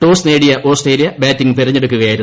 toss നേടിയ Australia batting തെരഞ്ഞെടുക്കുകയായിരുന്നു